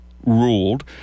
Ruled